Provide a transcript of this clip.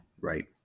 right